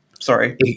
Sorry